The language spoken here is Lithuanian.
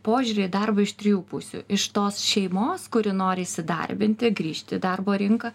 požiūrį į darbą iš trijų pusių iš tos šeimos kuri nori įsidarbinti grįžti į darbo rinką